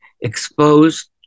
exposed